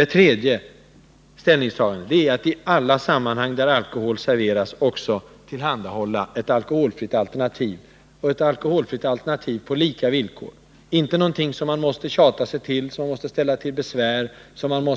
Ett tredje ställningstagande är att i alla sammanhang där alkohol serveras också tillhandahålla ett alkoholfritt alternativ — och ett alkoholfritt alternativ på lika villkor, inte något som man måste tjata sig till, som man måste ställa tillbesvär och